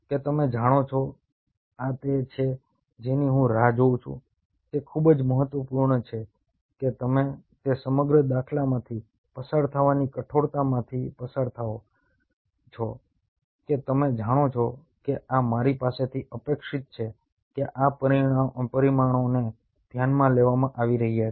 કે તમે જાણો છો કે આ તે છે જેની હું રાહ જોઉં છું તે ખૂબ જ મહત્વપૂર્ણ છે કે તમે તે સમગ્ર દાખલામાંથી પસાર થવાની કઠોરતામાંથી પસાર થાઓ છો કે તમે જાણો છો કે આ મારી પાસેથી અપેક્ષિત છે કે આ પરિમાણોને ધ્યાનમાં લેવામાં આવી રહ્યા છે